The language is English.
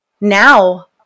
now